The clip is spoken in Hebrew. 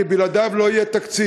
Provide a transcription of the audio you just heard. כי בלעדיו לא יהיה תקציב.